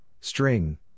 String